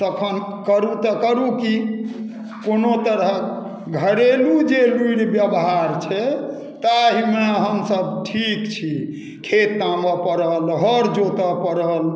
तखन करू तऽ करू की कोनो तरहक घरेलू जे लूरि व्यवहार छै ताहिमे हमसभ ठीक छी खेत तामय पड़ल हर जोतय पड़ल